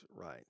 right